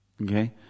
Okay